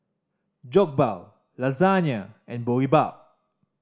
Jokbal Lasagna and Boribap